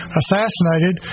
assassinated